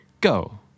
go